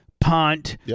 punt